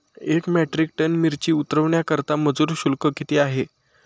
एक metric tonne मिरची उतरवण्याकरता मजुर शुल्क किती आहे?